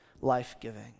life-giving